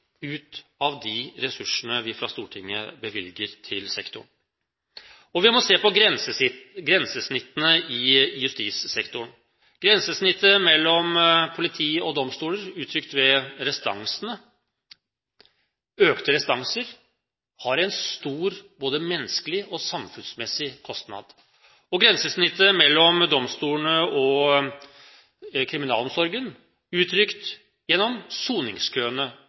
ut av de ressursene vi fra Stortinget bevilger til sektoren. Vi må se på grensesnittene i justissektoren: grensesnittet mellom politi og domstoler, uttrykt ved økte restanser, som har en stor menneskelig og samfunnsmessig kostnad. Vi har grensesnittet mellom domstolene og kriminalomsorgen, uttrykt gjennom soningskøene.